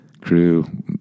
crew